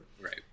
Right